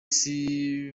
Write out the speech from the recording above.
isi